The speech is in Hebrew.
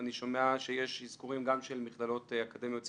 אני שומע שיש אזכורים גם של מכללות אקדמיות ציבוריות.